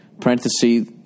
parenthesis